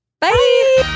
Bye